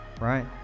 right